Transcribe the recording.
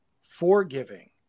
forgiving